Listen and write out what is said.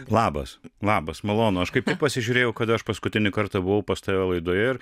labas labas malonu aš kaip tik pasižiūrėjau kada aš paskutinį kartą buvau pas tave laidoje ir